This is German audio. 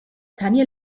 tanja